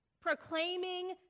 proclaiming